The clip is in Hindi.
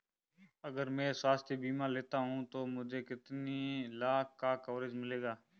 अगर मैं स्वास्थ्य बीमा लेता हूं तो मुझे कितने लाख का कवरेज मिलेगा?